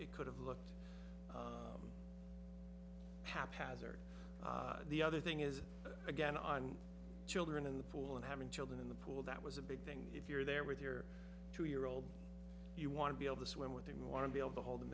it could have looked haphazard the other thing is again on children in the pool and having children in the pool that was a big thing if you're there with your two year old you want to be able to swim with and want to be able to hold them